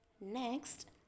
Next